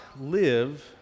live